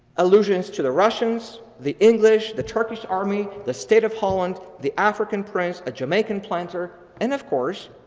allusions to the russians, the english, the turkish army, the state of holland, the african prince, a jamaican planter and, of course,